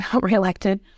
re-elected